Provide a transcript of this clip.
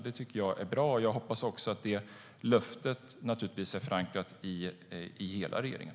Det tycker jag är bra, och jag hoppas att det löftet är förankrat i hela regeringen.